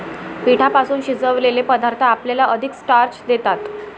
पिठापासून शिजवलेले पदार्थ आपल्याला अधिक स्टार्च देतात